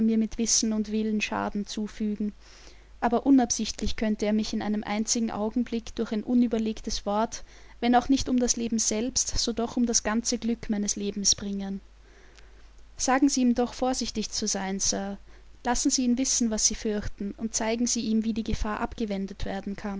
mit wissen und willen schaden zufügen aber unabsichtlich könnte er mich in einem einzigen augenblick durch ein unüberlegtes wort wenn auch nicht um das leben selbst so doch um das ganze glück meines lebens bringen sagen sie ihm doch vorsichtig zu sein sir lassen sie ihn wissen was sie fürchten und zeigen sie ihm wie die gefahr abgewendet werden